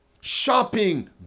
Shopping